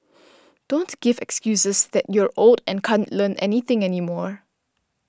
don't give excuses that you're old and can't Learn Anything anymore